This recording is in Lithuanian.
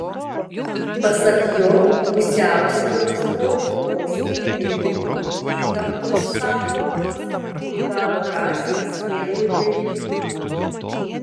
pasak jo pusiausvyros traukos kilimo įtampos sąvokos privalo rastis vietoj daiktų